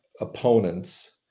opponents